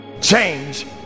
change